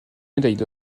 médailles